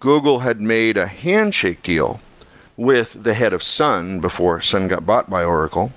google had made a handshake deal with the head of sun, before sun got bought by oracle